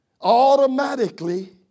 Automatically